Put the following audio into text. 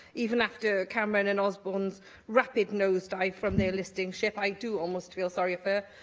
even after cameron and osborne's rapid nosedives from their listing ship, i do almost feel sorry for her,